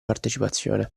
partecipazione